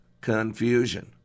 confusion